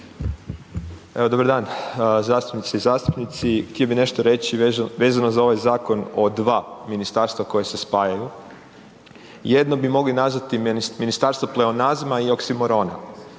Dobar dan zastupnici i zastupnici. Htio bih nešto reći vezano za ovaj zakon o dva ministarstva koja se spajaju. Jedno bi mogli nazvati ministarstvo pleonazma i oksimorona,